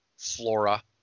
flora